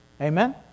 Amen